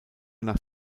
nach